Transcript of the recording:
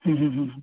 হু হু হু